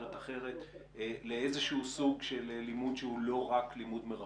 מסגרת אחרת לאיזשהו סוג של לימוד שהוא לא רק לימוד מרחוק?